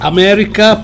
America